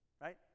right